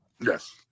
Yes